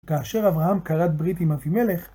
כאשר אברהם כרת ברית עם אבימלך,